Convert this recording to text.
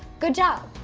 good job!